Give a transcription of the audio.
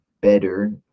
better